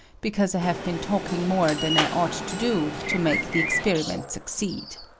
because i have been talking more than i ought to do to make the experiment succeed.